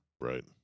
Right